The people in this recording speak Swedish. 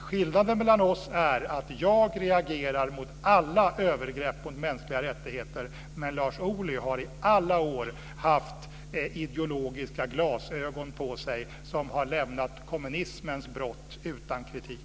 Skillnaden mellan oss är att jag reagerar mot alla övergrepp mot mänskliga rättigheter, medan Lars Ohly i alla år har haft ideologiska glasögon på sig som har lämnat kommunismens brott utan kritik.